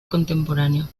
contemporáneo